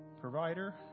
provider